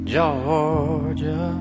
Georgia